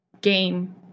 game